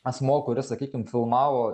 asmuo kuris sakykim filmavo